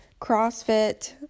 CrossFit